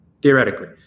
theoretically